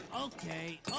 okay